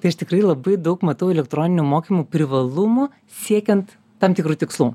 tai aš tikrai labai daug matau elektroninių mokymų privalumų siekiant tam tikrų tikslų